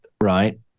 right